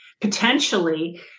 potentially